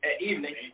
evening